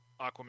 Aquaman